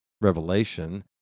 Revelation